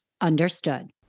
understood